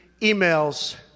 emails